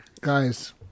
Guys